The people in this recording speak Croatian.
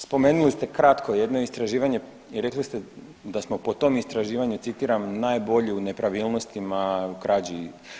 Spomenuli ste kratko jedno istraživanje i rekli ste da smo po tom istraživanju citiram: Najbolji u nepravilnostima, u krađi…